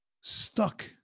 stuck